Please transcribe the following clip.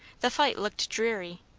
the fight looked dreary.